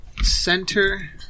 Center